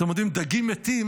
אתם יודעים: דגים מתים